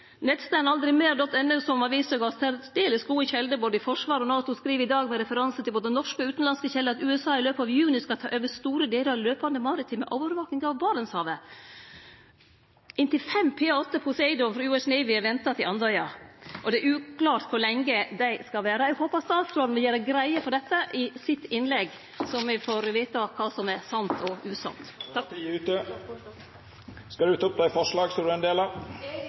som har vist seg å ha særdeles gode kjelder både i Forsvaret og i NATO, skriv i dag med referanse til både norske og utanlandske kjelder at USA i løpet av juni skal ta over store delar av den løpande maritime overvakinga av Barentshavet inntil fem P-8 Poseidon frå US Navy er venta til Andøya, og det er uklart kor lenge dei skal vere der. Eg håpar statsråden vil gjere greie for dette i sitt innlegg, så me får vite kva som er sant, og kva som er usant. Eg tek opp forslaga som Senterpartiet er ein del av.